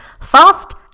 fast